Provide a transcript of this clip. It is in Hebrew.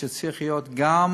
וצריך להיות גם,